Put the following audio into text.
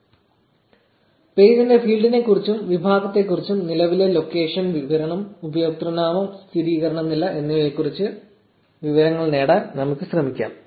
1353 പേജിന്റെ ഫീൽഡിനെക്കുറിച്ചും വിഭാഗത്തെക്കുറിച്ചും നിലവിലെ ലൊക്കേഷൻ വിവരണം ഉപയോക്തൃനാമം സ്ഥിരീകരണ നില എന്നിവയെക്കുറിച്ചുള്ള വിവരങ്ങൾ നേടാൻ നമുക്ക് ശ്രമിക്കാം